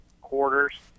quarters